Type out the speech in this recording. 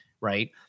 right